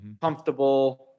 comfortable